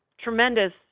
tremendous